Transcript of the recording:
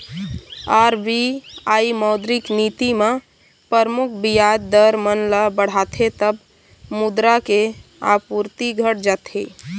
RBI मौद्रिक नीति म परमुख बियाज दर मन ल बढ़ाथे तब मुद्रा के आपूरति घट जाथे